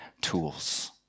tools